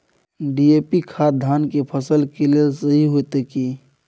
DAP खाद धान के फसल के लेल सही होतय की?